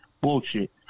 bullshit